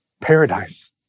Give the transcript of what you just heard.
Paradise